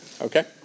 Okay